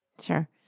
Sure